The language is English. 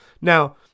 Now